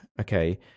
okay